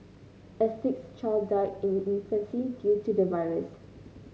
a sixth child died in infancy due to the virus